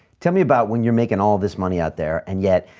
tell me about when you're making all this money out there and yeah,